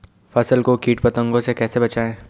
फसल को कीट पतंगों से कैसे बचाएं?